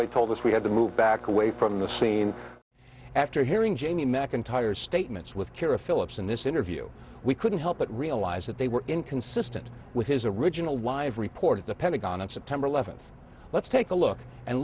they told us we had to move back away from the scene after hearing jamie mcintyre's statements with kara phillips in this interview we couldn't help but realize that they were inconsistent with his original live report at the pentagon on september eleventh let's take a look and